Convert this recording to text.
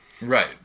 right